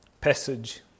passage